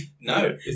No